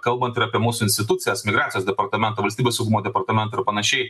kalbant ir apie mūsų institucijas migracijos departamentą valstybės saugumo departamentą ir panašiai